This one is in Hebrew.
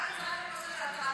רק לזה את מתחייבת.